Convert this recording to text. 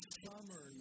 summer